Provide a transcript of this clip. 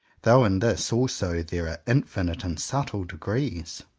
though in this also there are infinite and subtle degrees.